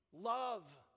love